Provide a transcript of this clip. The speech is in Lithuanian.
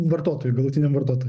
vartotojui galutiniam vartotojui